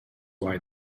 why